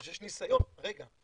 שיש כבר ניסיון, רגע.